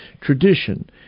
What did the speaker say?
tradition